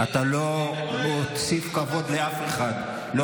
אתה לא מוסיף כבוד לאף אחד בצורה הזאת,